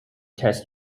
test